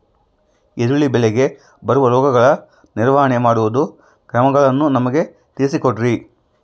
ಈರುಳ್ಳಿ ಬೆಳೆಗೆ ಬರುವ ರೋಗಗಳ ನಿರ್ವಹಣೆ ಮಾಡುವ ಕ್ರಮಗಳನ್ನು ನಮಗೆ ತಿಳಿಸಿ ಕೊಡ್ರಿ?